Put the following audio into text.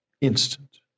instant